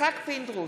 יצחק פינדרוס,